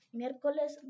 miércoles